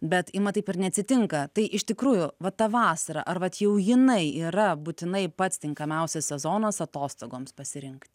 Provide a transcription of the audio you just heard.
bet ima taip ir neatsitinka tai iš tikrųjų va ta vasara ar vat jau jinai yra būtinai pats tinkamiausias sezonas atostogoms pasirinkti